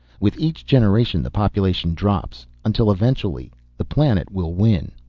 with each generation the population drops. until eventually the planet will win.